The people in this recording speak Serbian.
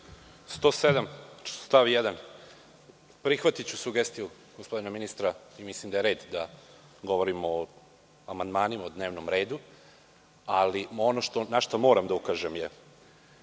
1. Prihvatiću sugestiju gospodina ministra i mislim da je red da govorimo o amandmanima i dnevnom redu. Ali, ono na šta moram da ukažem je